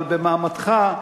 אבל במעמדך,